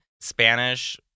Spanish